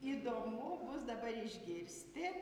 įdomu bus dabar išgirsti